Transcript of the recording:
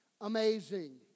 amazing